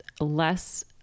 less